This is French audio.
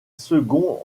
second